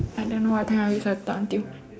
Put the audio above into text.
I don't know what time are we supposed to talk until